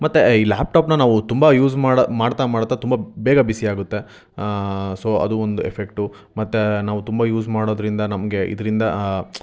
ಮತ್ತು ಈ ಲ್ಯಾಪ್ಟಾಪ್ನ ನಾವು ತುಂಬ ಯೂಸ್ ಮಾಡಿ ಮಾಡ್ತಾ ಮಾಡ್ತಾ ತುಂಬ ಬೇಗ ಬಿಸಿ ಆಗುತ್ತೆ ಸೊ ಅದು ಒಂದು ಎಫೆಕ್ಟು ಮತ್ತು ನಾವು ತುಂಬ ಯೂಸ್ ಮಾಡೋದರಿಂದ ನಮಗೆ ಇದರಿಂದ